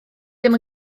ddim